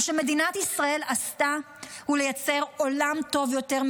מה שמדינת ישראל עשתה הוא לייצר עולם טוב יותר,